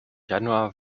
januar